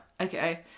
Okay